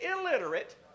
illiterate